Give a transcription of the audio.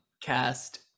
cast